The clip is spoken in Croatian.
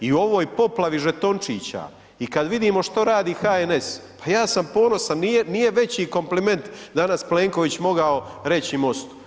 I u ovoj poplavi žetončića i kada vidimo šta radi HNS, pa ja sam ponosan, nije veći kompliment danas Plenković mogao reći Mostu.